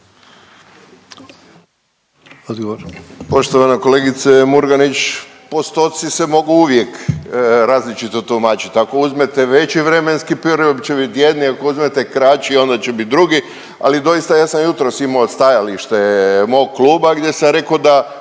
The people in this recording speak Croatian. Poštovana kolegice Murganić, postoci se mogu uvijek različito tumačiti. Ako uzmete veći vremenski period će bit jedni, ako uzmete kraći, onda će bit drugi, ali doista, ja sam jutros imao stajalište mog kluba gdje sam rekao da